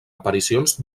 aparicions